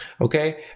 Okay